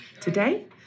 today